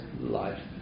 life